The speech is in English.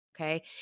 Okay